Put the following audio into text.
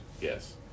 Yes